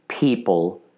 people